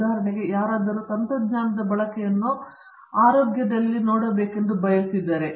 ಉದಾಹರಣೆಗೆ ಯಾರಾದರೂ ತಂತ್ರಜ್ಞಾನದ ಬಳಕೆಯನ್ನು ಆರೋಗ್ಯದಲ್ಲಿ ನೋಡಬೇಕೆಂದು ಬಯಸುತ್ತಾರೆ